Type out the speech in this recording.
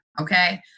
Okay